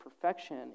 perfection